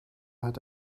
hat